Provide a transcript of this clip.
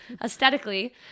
aesthetically